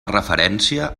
referència